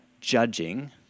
judging